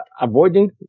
avoiding